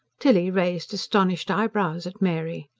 tilly raised astonished eyebrows at mary.